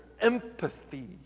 Empathy